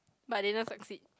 but they never succeed